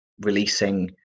releasing